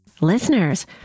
Listeners